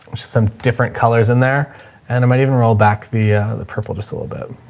just some different colors in there and it might even roll back the the purple just a little bit.